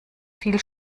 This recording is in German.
viel